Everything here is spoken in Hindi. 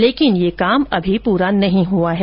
लेकिन यह काम अभी पूरा नहीं हुआ है